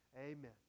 Amen